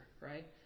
right